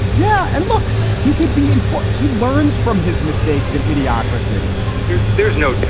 yeah. and look, he could be in for. he learns from his mistakes in idiocracy there's there's no there.